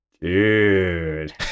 dude